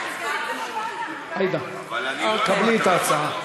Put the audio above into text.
עאידה, קבלי את ההצעה.